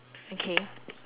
okay